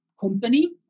company